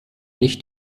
nicht